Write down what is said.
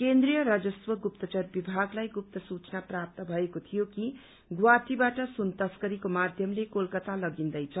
केन्द्रीय राजस्व गुस्तचर विभागलाई गुप्त सूचना प्राप्त भएको थियो कि गुवाहटीबाट सून तस्करीको माध्यमले कलकता लगिन्दैछ